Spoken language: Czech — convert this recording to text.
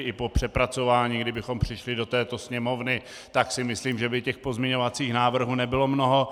I po přepracování, kdybychom přišli do této Sněmovny, tak si myslím, že by pozměňovacích návrhů nebylo mnoho.